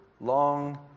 long